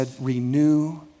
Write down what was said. renew